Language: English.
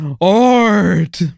Art